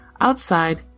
outside